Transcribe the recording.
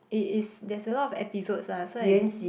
it is there is a lot of episodes ah so I